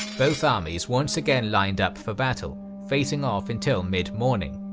both armies once again lined up for battle, facing off until midmorning.